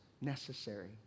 necessary